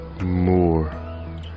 more